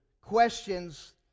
questions